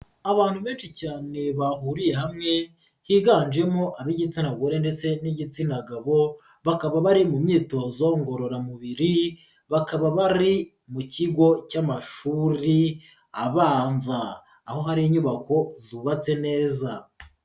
Abantu benshi cyane bahuriye hamwe higanjemo ab'igitsina gore ndetse n'igitsina gabo bakaba bari mu myitozo ngororamubiri bakaba bari mu kigo cy'amashuri abanza, aho hari inyubako zubatse neza.